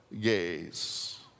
gaze